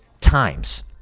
times